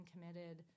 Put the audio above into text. committed